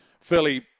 fairly